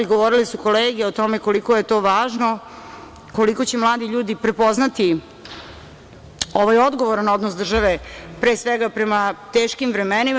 Govorile su kolege o tome koliko je to važno, koliko će mladi ljudi prepoznati ovaj odgovoran odnos države, pre svega prema teškim vremenima.